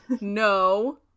No